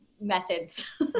methods